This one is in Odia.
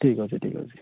ଠିକ୍ ଅଛି ଠିକ୍ ଅଛି